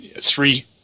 Three